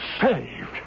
Saved